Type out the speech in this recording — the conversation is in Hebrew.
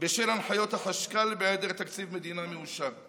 בשל הנחיות החשכ"ל בהיעדר תקציב מדינה מאושר,